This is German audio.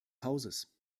hauses